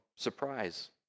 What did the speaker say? Surprise